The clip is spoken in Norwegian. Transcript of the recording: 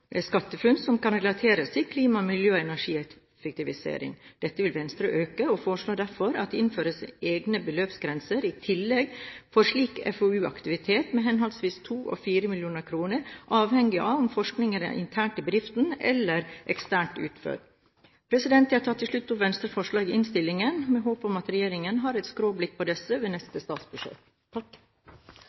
SkatteFUNN som kan relateres til klima, miljø og energieffektivisering. Dette vil Venstre øke og foreslår derfor at det innføres egne beløpsgrenser i tillegg for slik FoU-aktivitet, med henholdsvis 2 og 4 mill. kr, avhengig av om forskningen er intern i bedriften eller eksternt utført. Jeg tar til slutt opp Venstres forslag i innstillingen, med håp om at regjeringen har et skråblikk på disse ved neste statsbudsjett.